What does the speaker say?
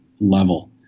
level